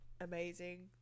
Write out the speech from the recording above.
amazing